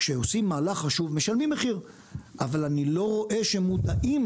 כשעושים מהלך חשוב משלמים מחיר אבל אני לא רואה שמודעים